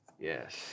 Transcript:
Yes